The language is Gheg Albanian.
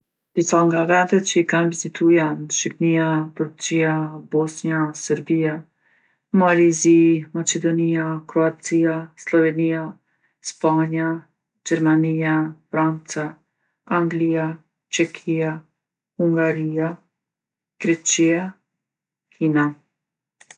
Disa nga vendet që i kam vizitu janë: Shipnia, Turqija, Bosnja, Sërbija, Mali i Zi, Maqedonija, Kroacija, Sllovenija, Spanja, Gjermanija, Franca, Anglija, Çekija, Hungarija, Greqija, Kina.